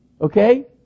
Okay